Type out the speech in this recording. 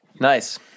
Nice